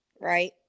right